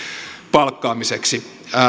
palkkaamiseksi